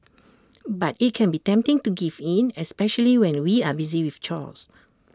but IT can be tempting to give in especially when we are busy with chores